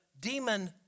demon